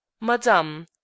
madame